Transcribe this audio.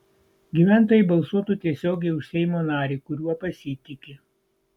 gyventojai balsuotų tiesiogiai už seimo narį kuriuo pasitiki